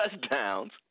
touchdowns